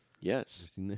Yes